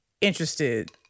interested